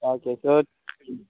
okay so